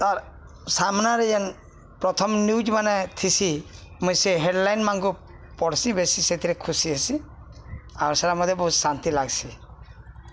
ତା'ର୍ ସାମ୍ନାରେ ଯେନ୍ ପ୍ରଥମ ନ୍ୟୁଜ୍ମାନେ ଥିସି ମୁଇଁ ସେ ହେଡ଼ଲାଇନ୍ ମାନ୍ଙ୍କୁ ପଢ଼୍ସି ବେଶୀ ସେଥିରେ ଖୁସି ହେସି ଆଉ ସେଟା ମୋତେ ବହୁତ ଶାନ୍ତି ଲାଗ୍ସି